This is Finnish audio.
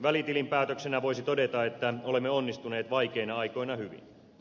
välitilinpäätöksenä voisi todeta että olemme onnistuneet vaikeina aikoina hyvin